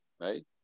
right